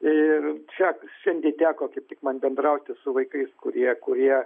ir čia šiandien teko kaip tik man bendrauti su vaikais kurie kurie